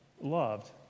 loved